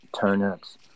turnips